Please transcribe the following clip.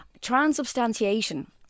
Transubstantiation